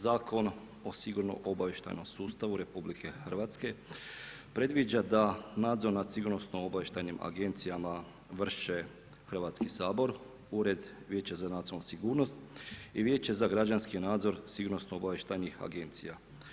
Zakon o sigurnosno-obavještajnom sustavu RH predviđa da nadzor nad sigurnosno-obavještajnim agencijama vrše Hrvatski sabor, Ured Vijeća za nacionalnu sigurnost i Vijeće za građanski nadzor sigurnosno-obavještajnih agencija.